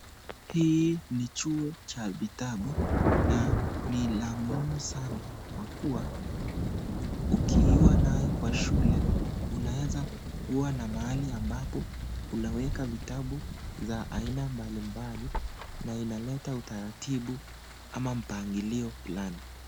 Hii ni chuo cha vitabu na ni la muhimu sana kwa kuwa, ukiwa nayo kwa shule unaweza kuwa na mahali ambapo unaweka vitabu za aina mbali mbali, na inaleta utararibu ama mpangilio fulani.